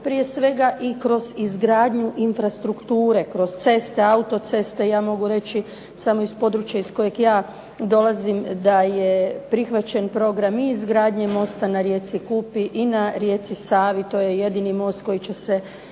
prije svega i kroz izgradnju infrastrukture, kroz ceste, autoceste, ja mogu reći samo iz područja iz kojeg ja dolazim da je prihvaćen program i izgradnje mosta na rijeci Kupi i na rijeci Savi, to je jedini most koji će se